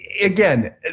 again